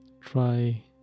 Try